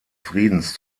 friedens